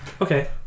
Okay